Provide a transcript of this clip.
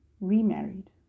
remarried